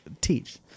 teach